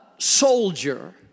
soldier